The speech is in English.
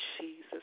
Jesus